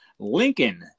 Lincoln